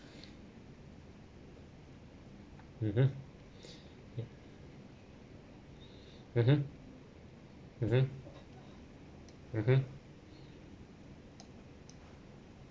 mmhmm mmhmm mmhmm mmhmm